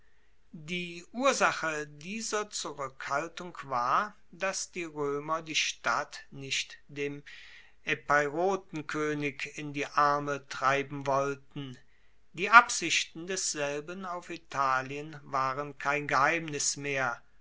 die ursache dieser zurueckhaltung war dass die roemer die stadt nicht dem epeirotenkoenig in die arme treiben wollten die absichten desselben auf italien waren kein geheimnis mehr